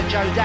Joe